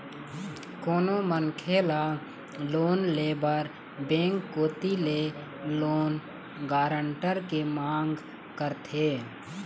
कोनो मनखे ल लोन ले बर बेंक कोती ले लोन गारंटर के मांग करथे